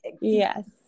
Yes